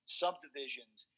subdivisions